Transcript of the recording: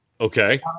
Okay